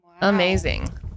Amazing